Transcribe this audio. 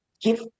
give